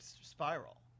spiral